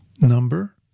number